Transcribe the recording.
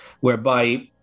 whereby